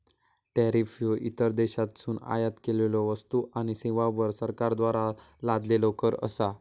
tariff ह्यो इतर देशांतसून आयात केलेल्यो वस्तू आणि सेवांवर सरकारद्वारा लादलेलो कर असा